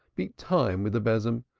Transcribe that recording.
beat time with the besom,